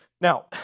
Now